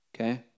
okay